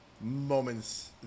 moments